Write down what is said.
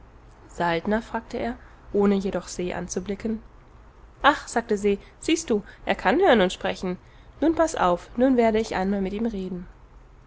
saltner fragte er ohne jedoch se anzublicken ach sagte se siehst du er kann hören und sprechen nun paß auf nun werde ich einmal mit ihm reden